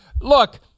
look